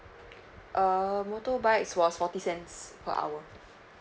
um motorbikes was forty cents per hour